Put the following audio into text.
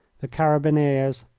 the carabineers,